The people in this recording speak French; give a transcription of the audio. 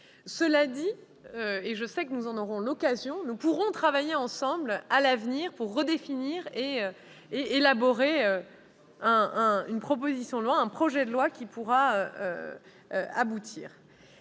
Cela dit, et je sais que nous en aurons l'occasion, nous pourrons travailler ensemble à l'avenir pour élaborer une proposition ou un projet de loi qui pourra aboutir.